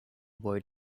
boy